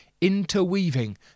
interweaving